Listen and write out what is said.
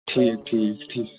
ٹھیٖک ٹھیٖک ٹھیٖک